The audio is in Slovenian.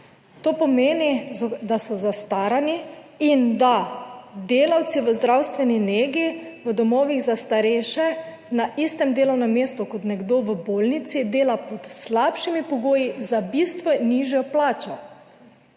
To pomeni, da so zastarani in da delavci v zdravstveni negi v domovih za starejše na istem delovnem mestu kot nekdo v bolnici dela pod slabšimi pogoji za bistveno nižjo plačo.